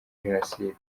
jenoside